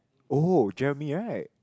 oh Jeremy right